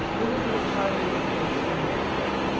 who will be in charge of the kids during that time?